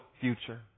future